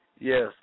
Yes